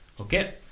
okay